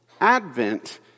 Advent